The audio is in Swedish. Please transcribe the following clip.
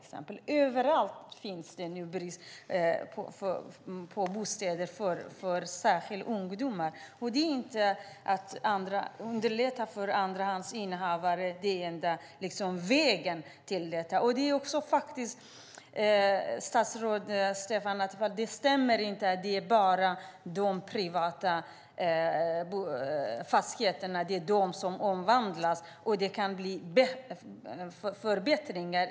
Det är brist på bostäder överallt, särskilt för ungdomar. Att underlätta andrahandsuthyrning är inte enda vägen. Det stämmer inte, statsrådet Stefan Attefall, att det bara är de privata fastigheterna som omvandlas och att det blir förbättringar.